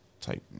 type